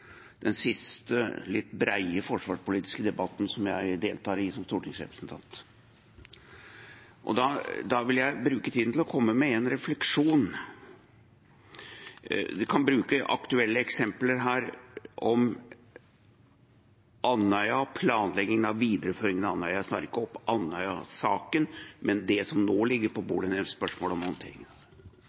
den siste litt brede forsvarspolitiske debatten jeg deltar i som stortingsrepresentant. Da vil jeg bruke tiden til å komme med en refleksjon. Jeg kan bruke aktuelle eksempler her, som Andøya, planleggingen av videreføringen av Andøya. Jeg svarer ikke opp Andøya-saken, men det som nå ligger på bordet når det gjelder spørsmålet om håndteringen.